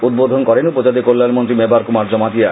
উদ্বোধন করেন উপজাতি কল্যাণ মন্ত্রী মেবার কুমার জমাতিয়া